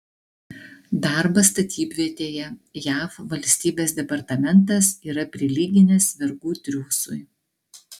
darbą statybvietėje jav valstybės departamentas yra prilyginęs vergų triūsui